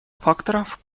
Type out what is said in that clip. факторов